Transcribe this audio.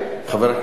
חבר הכנסת נחמן שי?